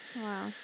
wow